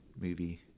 movie